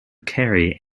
carry